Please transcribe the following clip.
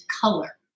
color